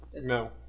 no